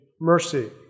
mercy